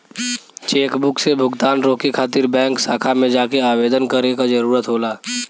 chequebook से भुगतान रोके खातिर बैंक शाखा में जाके आवेदन करे क जरुरत होला